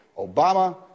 obama